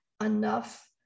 enough